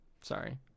sorry